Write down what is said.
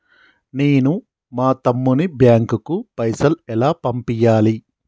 నేను మా తమ్ముని బ్యాంకుకు పైసలు ఎలా పంపియ్యాలి?